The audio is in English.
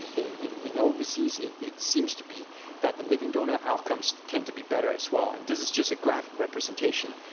and in in overseas it seems to be that the living donor outcomes tend to be better as well. and this is just a graphic representation.